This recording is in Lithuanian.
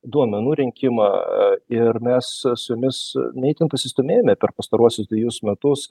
duomenų rinkimą ir mes su jumis ne itin pasistūmėjome per pastaruosius dvejus metus